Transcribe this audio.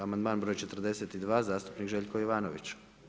Amandman broj 42 zastupnik Željko Jovanović.